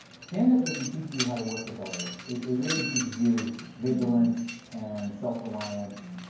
stand-up doesn't teach you how to work with others. it really teaches you vigilance and self-reliance,